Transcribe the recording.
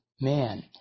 man